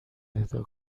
اهدا